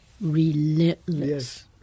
relentless